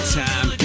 time